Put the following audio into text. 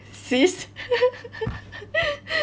sis